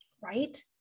right